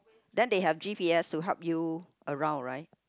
then they have G_P_S to help you around right